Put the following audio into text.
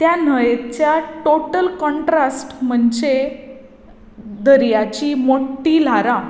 त्या न्हंयेच्या total contrast म्हणजे दर्याची मोट्टी ल्हारां